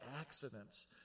accidents